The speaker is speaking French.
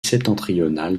septentrionale